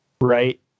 right